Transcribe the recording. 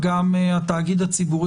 תיכף אני אציג אותם.